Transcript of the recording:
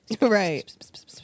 Right